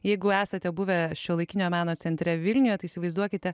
jeigu esate buvę šiuolaikinio meno centre vilniuje tai įsivaizduokite